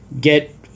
get